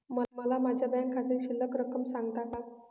मला माझ्या बँक खात्यातील शिल्लक रक्कम सांगता का?